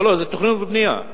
לא, זה בתכנון ובנייה.